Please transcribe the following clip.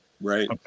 right